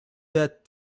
that